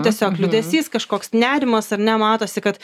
tiesiog liūdesys kažkoks nerimas ar ne matosi kad